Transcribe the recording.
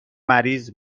مریض